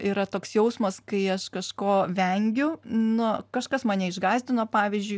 yra toks jausmas kai aš kažko vengiu nu kažkas mane išgąsdino pavyzdžiui